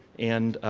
and